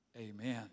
Amen